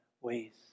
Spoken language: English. ways